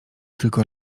tylko